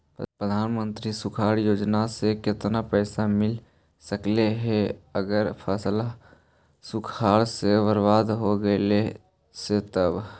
प्रधानमंत्री सुखाड़ योजना से केतना पैसा मिल सकले हे अगर फसल सुखाड़ से बर्बाद हो गेले से तब?